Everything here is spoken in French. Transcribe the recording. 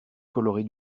colorée